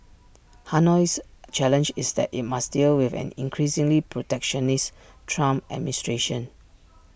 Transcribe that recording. Hanoi's challenge is that IT must deal with an increasingly protectionist Trump administration